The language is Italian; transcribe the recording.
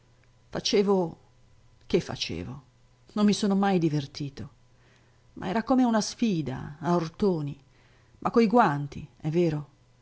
facevo che facevo non mi sono mai divertito ma era come una sfida a urtoni ma coi guanti è vero